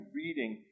reading